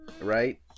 right